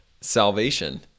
salvation